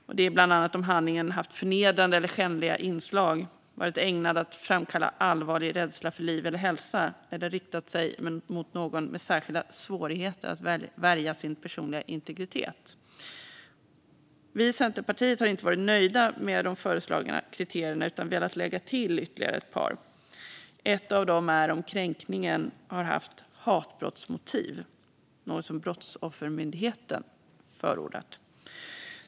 Dessa är bland annat om handlingen haft förnedrande eller skändliga inslag, varit ägnad att framkalla allvarlig rädsla för liv eller hälsa eller riktat sig mot någon med särskilda svårigheter att värja sin personliga integritet Vi i Centerpartiet har inte varit nöjda med de föreslagna kriterierna, utan vi har velat lägga till ytterligare ett par. Ett av dem är om kränkningen haft hatbrottsmotiv, något som Brottsoffermyndigheten förordat.